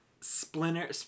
Splinter